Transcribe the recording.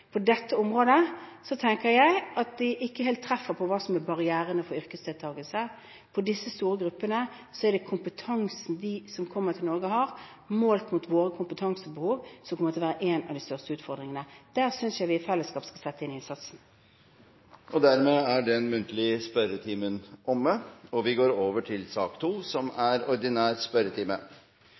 barrierene for yrkesdeltakelse. For disse store gruppene er det kompetansen de som kommer til Norge har, målt mot våre kompetansebehov, som kommer til å være en av de største utfordringene. Der synes jeg vi i fellesskap skal sette inn innsatsen. Dermed er den muntlige spørretimen omme, og vi går over til den ordinære spørretimen. Det blir noen endringer i den oppsatte spørsmålslisten, og presidenten viser i den sammenheng til den oversikt som er